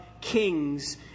kings